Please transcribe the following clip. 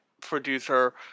producer